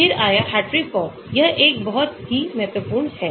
फिर आया Hartree Fock यह एक बहुत ही महत्वपूर्ण है